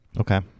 Okay